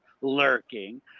lurking